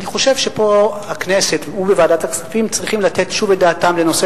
אני חושב שפה בכנסת ובוועדת הכספים צריכים לתת שוב את הדעת לנושא